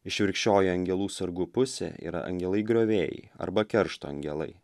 išvirkščioji angelų sargų pusė yra angelai griovėjai arba keršto angelai